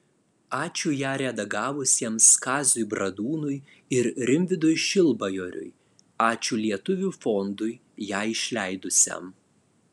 ačiū ją redagavusiems kaziui bradūnui ir rimvydui šilbajoriui ačiū lietuvių fondui ją išleidusiam